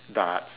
darts